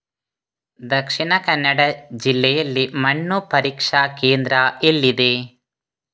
ದಕ್ಷಿಣ ಕನ್ನಡ ಜಿಲ್ಲೆಯಲ್ಲಿ ಮಣ್ಣು ಪರೀಕ್ಷಾ ಕೇಂದ್ರ ಎಲ್ಲಿದೆ?